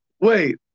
Wait